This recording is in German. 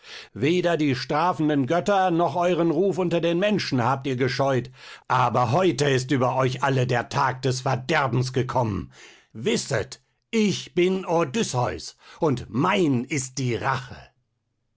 weder die strafenden götter noch euren ruf unter den menschen habt ihr gescheut aber heute ist über euch alle der tag des verderbens gekommen wisset ich bin odysseus und mein ist die rache